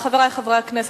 חברי חברי הכנסת,